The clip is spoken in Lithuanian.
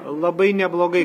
labai neblogai